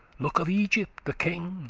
look of egypt the king,